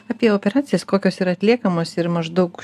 apie operacijas kokios yra atliekamos ir maždaug